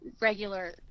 regular